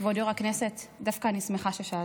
כבוד יו"ר הכנסת, דווקא אני שמחה ששאלת.